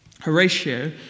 Horatio